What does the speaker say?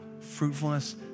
Fruitfulness